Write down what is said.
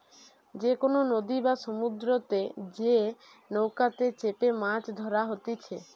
যে কোনো নদী বা সমুদ্রতে যে নৌকাতে চেপেমাছ ধরা হতিছে